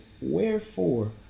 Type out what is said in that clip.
wherefore